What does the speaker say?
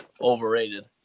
overrated